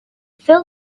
fill